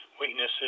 weaknesses